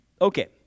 Okay